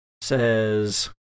says